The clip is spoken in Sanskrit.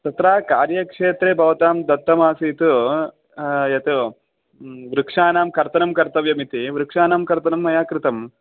तत्र कार्यक्षेत्रे भवतां दत्तम् आसीत् यत् वृक्षाणां कर्तनं कर्तव्यम् इति वृक्षाणां कर्तनं मया कृतं